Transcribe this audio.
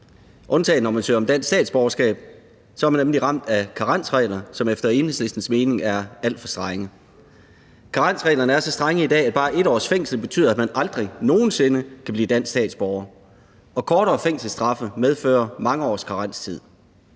undtagen når man søger om dansk statsborgerskab. Så er man nemlig ramt af karensregler, som efter Enhedslistens mening er alt for strenge. Karensreglerne er så strenge i dag, at bare 1 års fængsel betyder, at man aldrig nogensinde kan blive dansk statsborger, og kortere fængselsstraffe medfører mange års karenstid.